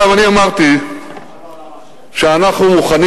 עכשיו, אני אמרתי שאנחנו מוכנים